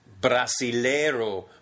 Brasileiro